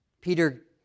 Peter